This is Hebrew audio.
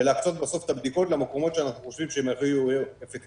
ולהפנות בסוף את הבדיקות למקומות שאנחנו חושבים שהם הכי אפקטיביים.